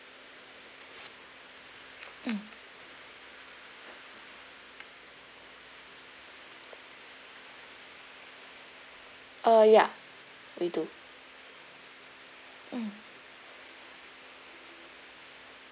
mm uh ya we do mm